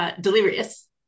delirious